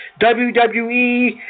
WWE